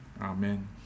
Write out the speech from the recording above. Amen